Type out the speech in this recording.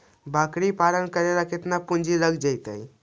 बकरी पालन करे ल केतना पुंजी लग जितै?